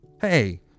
Hey